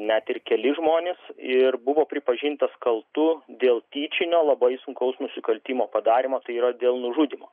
net ir keli žmonės ir buvo pripažintas kaltu dėl tyčinio labai sunkaus nusikaltimo padarymo tai yra dėl nužudymo